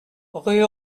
rue